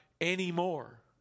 anymore